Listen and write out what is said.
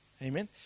Amen